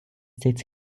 states